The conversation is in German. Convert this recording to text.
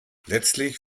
letztlich